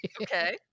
okay